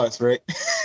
right